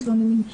מתלוננים,